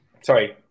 sorry